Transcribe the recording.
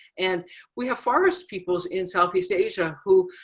and we have forest peoples in southeast asia who